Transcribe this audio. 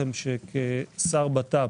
כשר לביטחון הפנים